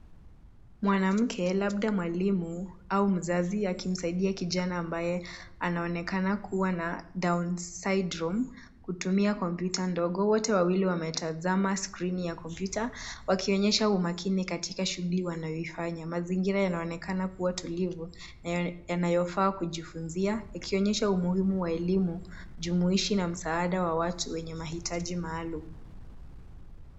Mwanamke labda mwalimu au mzazi akimsaidia kijana ambaye anaonekana kuwa na down syndrome kutumia kompyuta ndogo. Wote wametazama skrini ya kompyuta wakionyesha umakini katika shughuli wanayoifanya. Mazingira yanaonekana kuwa tulivu na yanayofaa kujifunzia yakionyesha umuhimu wa elimu, jumuishi na msaada watu wenye mahitaji maalum.